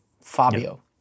Fabio